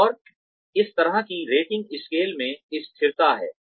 और इस तरह की रेटिंग स्केल में स्थिरता है